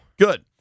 Good